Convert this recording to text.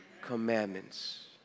commandments